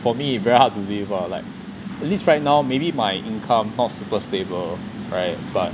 for me very hard to live lah like at least right now maybe my income not super stable right but